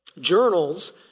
journals